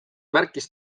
märkis